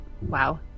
Wow